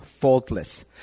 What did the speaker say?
faultless